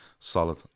solid